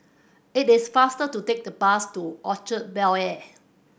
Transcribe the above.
it is faster to take the bus to Orchard Bel Air